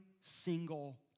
single